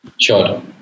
Sure